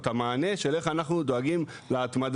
את המענה של איך אנחנו דואגים להתמדה.